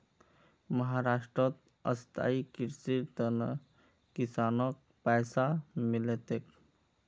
महाराष्ट्रत स्थायी कृषिर त न किसानक पैसा मिल तेक